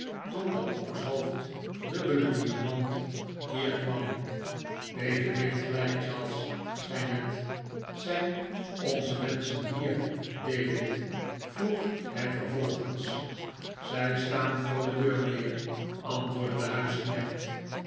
toen dat okshoofd dubbele diamant hier kwam david heeft gelijk charles zei ned zijn onze menschen hier david vroeg hij vervolgens zij staan voor de deur mijnheer antwoordde de